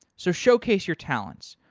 so showcase your talents.